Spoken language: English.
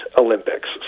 Olympics